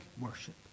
worship